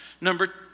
Number